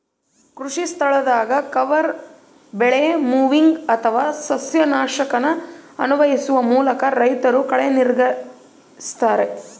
ಕೃಷಿಸ್ಥಳದಾಗ ಕವರ್ ಬೆಳೆ ಮೊವಿಂಗ್ ಅಥವಾ ಸಸ್ಯನಾಶಕನ ಅನ್ವಯಿಸುವ ಮೂಲಕ ರೈತರು ಕಳೆ ನಿಗ್ರಹಿಸ್ತರ